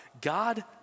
God